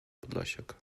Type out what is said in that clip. podlasiak